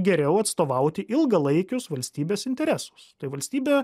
geriau atstovauti ilgalaikius valstybės interesus tai valstybė